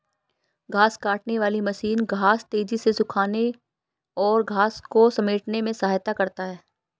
घांस काटने वाली मशीन घांस तेज़ी से सूखाने और घांस को समेटने में सहायता करता है